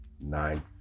nine